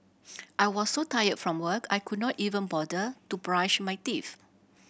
I was so tired from work I could not even bother to brush my teeth